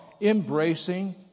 embracing